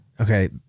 Okay